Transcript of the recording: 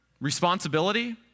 responsibility